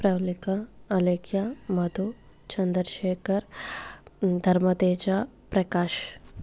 Pravalika Alekhya Madhu Chandrashekhar Dharmateja Prakash